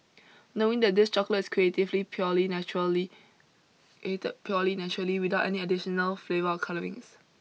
knowing that this chocolate is creatively purely naturally created purely naturally without any additional flavour colourings